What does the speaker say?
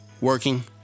Working